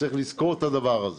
צריך לזכור את הדבר הזה.